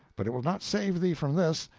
but it will not save thee from this!